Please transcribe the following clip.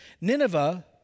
Nineveh